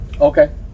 okay